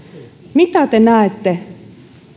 mitä te näette